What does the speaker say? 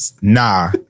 Nah